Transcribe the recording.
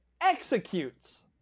executes